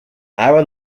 hour